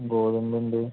గోధుమ పిండి